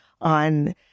on